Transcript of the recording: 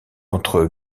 entre